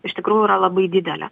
iš tikrųjų yra labai didelė